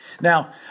Now